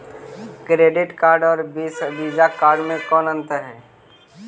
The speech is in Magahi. क्रेडिट कार्ड और वीसा कार्ड मे कौन अन्तर है?